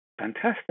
fantastic